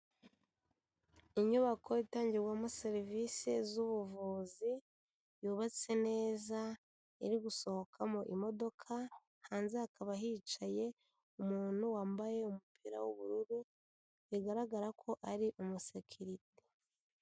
Inyubako itangirwamo serivisi z'ubuvuzi, yubatse neza, iri gusohokamo imodoka, hanze hakaba hicaye umuntu wambaye umupira w'ubururu bigaragara ko ari umusekirite.